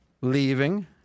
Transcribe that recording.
leaving